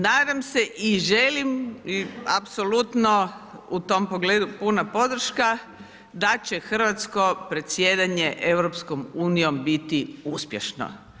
Nadam se i želim apsolutno u tom pogledu puna podrška, da će hrvatsko predsjedanje EU biti uspješno.